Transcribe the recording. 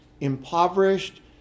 impoverished